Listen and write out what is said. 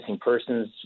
persons